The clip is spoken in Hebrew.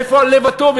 איפה הלב הטוב?